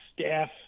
staff